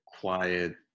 quiet